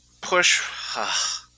push